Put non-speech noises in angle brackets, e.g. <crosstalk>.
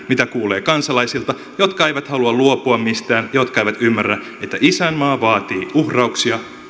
<unintelligible> mitä kuulee kansalaisilta jotka eivät halua luopua mistään jotka eivät ymmärrä että isänmaa vaatii uhrauksia